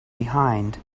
behind